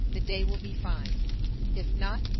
the day will be fine if not,